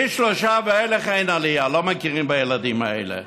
משלושה ואילך, אין עלייה, לא מכירים בילדים האלה.